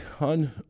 on